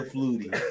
Flutie